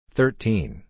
Thirteen